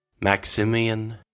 Maximian